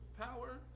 power